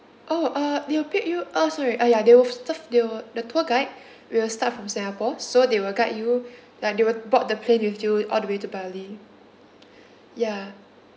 oh uh they'll pick you uh sorry ah ya they'll serve they'll the tour guide will start from singapore so they will guide you like they'll board the plane with you all the way to bali ya